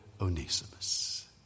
Onesimus